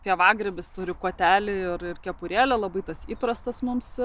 pievagrybis turi kotelį ir ir kepurėlę labai tas įprastas mums